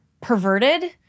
perverted